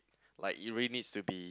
like it really needs to be